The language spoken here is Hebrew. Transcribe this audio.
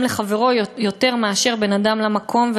לחברו יותר מאשר על בין אדם למקום,